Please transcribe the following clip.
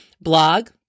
Blog